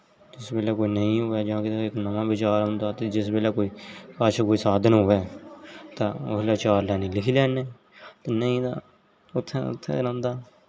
जिस वेल्लै कोई नेईं होऐ जां कोई नमां विचार औंदा ते जिस वेल्लै कोई कच्छ कोई साधन होऐ तां उसलै चार लेना लिखी लैन्ने नेईं तां उत्थें दा उत्थें रौह्ंदा